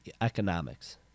economics